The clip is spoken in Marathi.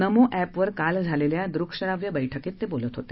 नमो ऍपवर काल झालेल्या दृकश्राव्य बैठकीत ते बोलत होते